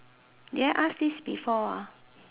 did I ask this before ah